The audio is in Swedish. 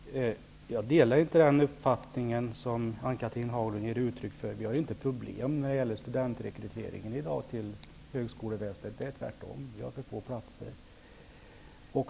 Herr talman! Jag delar inte den uppfattning som Ann-Cathrine Haglund ger uttryck för. Vi har i dag inte problem med studentrekryteringen till högskoleväsendet. Vi har tvärtom för få platser.